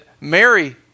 Mary